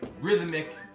rhythmic